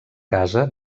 casa